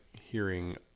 hearing